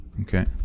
Okay